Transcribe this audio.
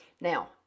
Now